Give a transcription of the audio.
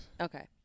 Okay